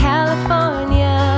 California